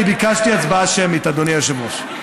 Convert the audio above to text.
אני ביקשתי הצבעה שמית, אדוני היושב-ראש.